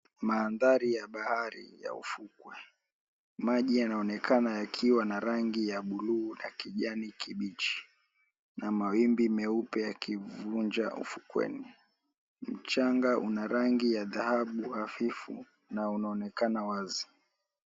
Maandhari ya bahari ya ufukwe, maji yanaonekana yakiwa na rangi ya buluu na kijani kibichi, na mawimbi meupe yakivunja ufukweni mchanga unarangi ya dhahabu hafifu na unaonekana wazi.